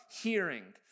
hearing